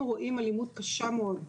אנחנו רואים אלימות קשה מאוד,